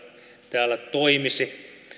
täällä toimisi